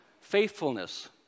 faithfulness